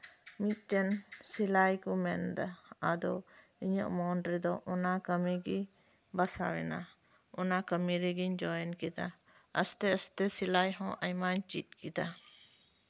ᱢᱤᱫᱴᱮᱱ ᱥᱮᱞᱟᱭ ᱠᱚ ᱢᱮᱱᱫᱟ ᱟᱫᱚ ᱤᱧᱟᱹᱜ ᱢᱚᱱ ᱨᱮᱫᱚ ᱚᱱᱟ ᱠᱟᱹᱢᱤᱜᱮ ᱵᱟᱥᱟᱣ ᱮᱱᱟ ᱚᱱᱟ ᱠᱟᱹᱢᱤ ᱨᱮᱜᱤᱧ ᱡᱚᱭᱮᱱ ᱠᱮᱫᱟ ᱟᱨ ᱟᱥᱛᱮ ᱟᱥᱛᱮ ᱥᱤᱞᱟᱭ ᱦᱚᱸ ᱟᱭᱢᱟᱧ ᱪᱮᱫ ᱠᱮᱫᱟ